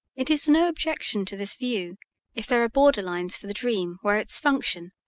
it is no objection to this view if there are borderlines for the dream where its function,